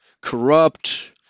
corrupt